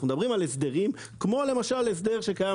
אנחנו מדברים על הסדרים כמו למשל הסדר שקיים